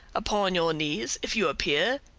upon your knees if you appear,